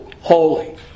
holy